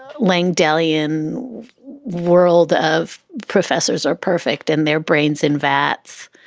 lang deleon world of professors are perfect and their brains in vats.